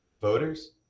voters